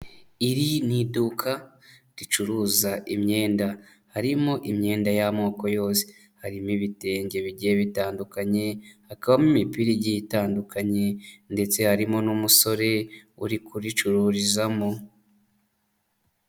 Iri ni iduka ricuruza imyenda, harimo imyenda y'amoko yose, harimo ibitenge bijye bitandukanye, hakabamo imipi igi itandukanye ndetse harimo n'umusore uri kuricururizamo.